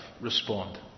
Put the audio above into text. respond